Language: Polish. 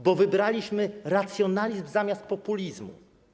Bo wybraliśmy racjonalizm zamiast populizmu.